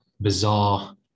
bizarre